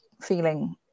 feeling